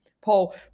Paul